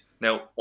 Now